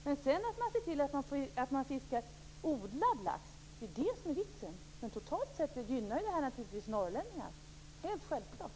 Det som är vitsen är att de skall fiska odlad lax. Totalt sett gynnar dock detta norrlänningarna. Det är självklart.